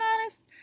honest